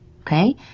Okay